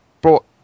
brought